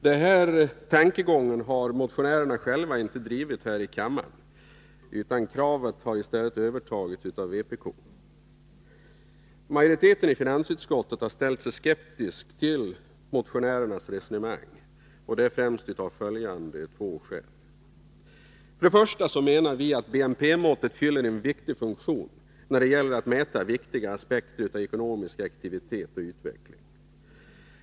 Den tankegången har motionärerna själva inte drivit här i kammaren, utan kravet har i stället övertagits av vpk. Majoriteten i finansutskottet har ställt sig skeptisk till motionärernas resonemang av främst följande två skäl: Vi menar att BNP-måttet fyller en viktig funktion när det gäller att mäta viktiga aspekter av ekonomisk aktivitet och utveckling.